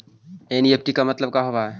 NEFT मतलब का होब हई?